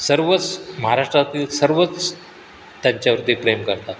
सर्वच महाराष्ट्रातील सर्वच त्यांच्यावरती प्रेम करतात